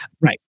Right